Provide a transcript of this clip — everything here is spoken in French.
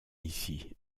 ici